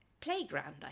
playground